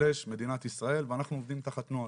ההגירה/מדינת ישראל ואנחנו עובדים תחת נוהל.